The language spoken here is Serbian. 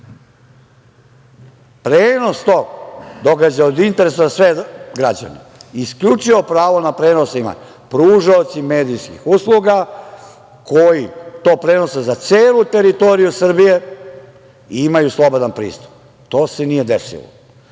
Prenos tog događaja je od interesa za sve građane. Isključivo pravo na prenos imaju pružaoci medijskih usluga koji to prenose za celu teritoriju Srbije i imaju slobodan pristup. To se nije desilo.